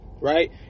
Right